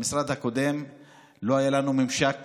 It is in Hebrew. במשרד הקודם לא היה לנו ממשק